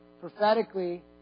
prophetically